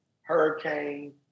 hurricane